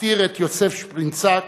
מכתיר את יוסף שפרינצק